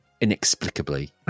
inexplicably